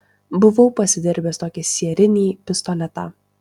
buvau pasidirbęs tokį sierinį pistoletą